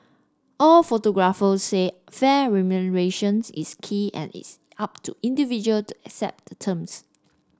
all photographers said fair remuneration is key and it's up to individual to accept the terms